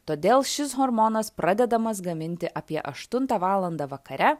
todėl šis hormonas pradedamas gaminti apie aštuntą valandą vakare